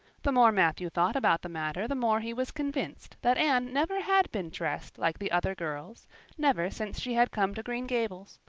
the more matthew thought about the matter the more he was convinced that anne never had been dressed like the other girls never since she had come to green gables.